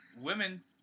women